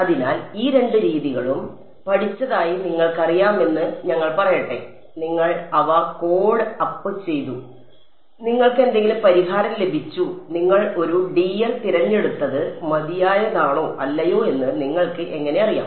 അതിനാൽ ഈ രണ്ട് രീതികളും നിങ്ങൾ പഠിച്ചതായി നിങ്ങൾക്കറിയാമെന്ന് ഞങ്ങൾ പറയട്ടെ നിങ്ങൾ അവ കോഡ് അപ്പ് ചെയ്തു നിങ്ങൾക്ക് എന്തെങ്കിലും പരിഹാരം ലഭിച്ചു നിങ്ങൾ ഒരു dl തിരഞ്ഞെടുത്തത് മതിയായതാണോ അല്ലയോ എന്ന് നിങ്ങൾക്ക് എങ്ങനെ അറിയാം